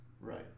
Right